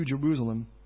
Jerusalem